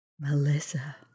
Melissa